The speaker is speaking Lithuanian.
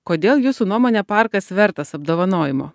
kodėl jūsų nuomone parkas vertas apdovanojimo